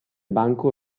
banco